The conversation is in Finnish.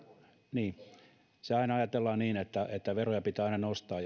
niin aina ajatellaan niin että että veroja pitää aina nostaa